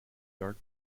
dark